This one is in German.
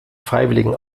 freiwilligen